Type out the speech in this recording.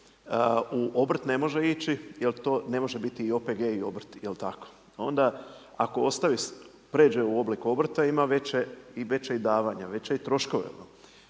U obrt ne može ići jel to ne može biti i OPG i obrt, jel tako? Onda ako ostavi pređe u oblik obrta ima veće i veća davanja i veće troškove,